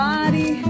Body